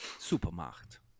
Supermarkt